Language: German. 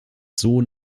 sohn